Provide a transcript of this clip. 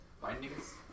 Bindings